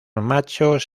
machos